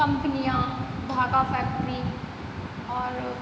कंपनियां धागा फैक्ट्री और